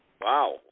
Wow